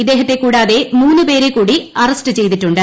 ഇദ്ദേഹത്തെ കൂടാതെ മൂന്ന് പേരെ കൂടി അറസ്റ്റ് ചെയ്തിട്ടുണ്ട്